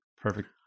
perfect